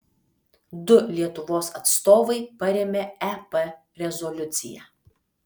du lietuvos atstovai parėmė ep rezoliuciją